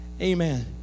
Amen